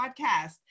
podcast